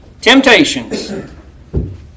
temptations